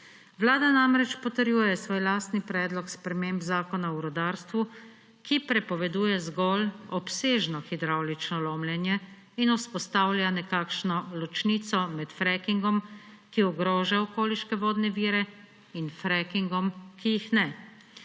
Vlada namreč potrjuje svoj lastni predlog sprememb Zakona o rudarstvu, ki prepoveduje zgolj obsežno hidravlično lomljenje in vzpostavlja nekakšno ločnico med frackingom, ki ogroža okoliške vodne vire, in frackingom, ki jih ne.